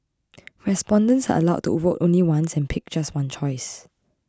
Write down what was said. respondents are allowed to vote only once and pick just one choice